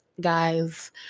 guys